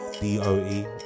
D-O-E